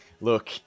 look